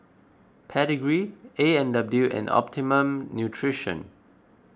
Pedigree A and W and Optimum Nutrition